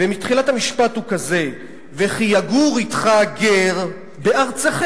ותחילת המשפט היא כזאת: וכי יגור אתך גר בארצכם,